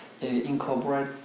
incorporate